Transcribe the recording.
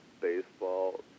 baseball